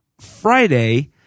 Friday